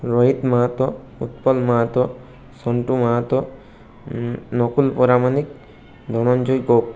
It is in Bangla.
রোহিত মাহাতো উৎপল মাহাতো সন্টু মাহাতো নকুল পরামানিক ধনঞ্জয় গোপ